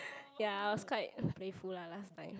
ya I was quite playful ah last time